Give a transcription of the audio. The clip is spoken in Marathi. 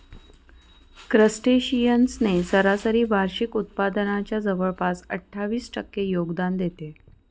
क्रस्टेशियन्स ने सरासरी वार्षिक उत्पादनाच्या जवळपास अठ्ठावीस टक्के योगदान देते